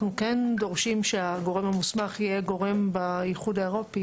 כן דורשים שהגורם המוסמך יהיה גורם באיחוד האירופי,